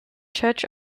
church